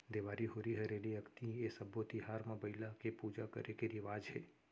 देवारी, होरी हरेली, अक्ती ए सब्बे तिहार म बइला के पूजा करे के रिवाज हे